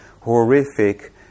horrific